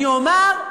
אני אומר: